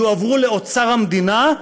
יועברו לאוצר המדינה,